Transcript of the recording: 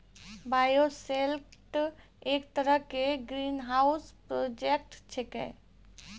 bioshelter एक तरह के ग्रीनहाउस प्रोजेक्ट छेकै